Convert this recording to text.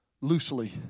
loosely